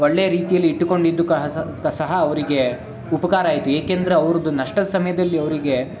ಒಳ್ಳೆಯ ರೀತಿಯಲ್ಲಿ ಇಟ್ಟುಕೊಂಡಿದ್ದು ಸಹ ಅವರಿಗೆ ಉಪಕಾರ ಆಯಿತು ಏಕೆಂದರೆ ಅವ್ರದ್ದು ನಷ್ಟದ ಸಮಯದಲ್ಲಿ ಅವರಿಗೆ